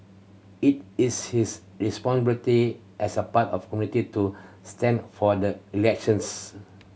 it is his responsibility as a part of community to stand for the elections